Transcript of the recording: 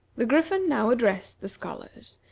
the griffin now addressed the scholars,